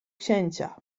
księcia